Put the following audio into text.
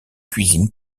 cuisine